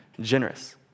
generous